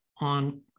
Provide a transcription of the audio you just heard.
on